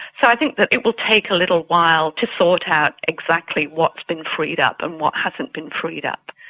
so i think that it will take a little while to sort out exactly what has been freed up and what hasn't been freed up.